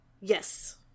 Yes